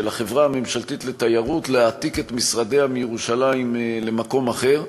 של החברה הממשלתית לתיירות להעתיק את משרדיה מירושלים למקום אחר.